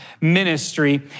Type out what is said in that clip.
ministry